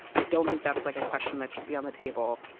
i don't think that's like a question that should be on the table.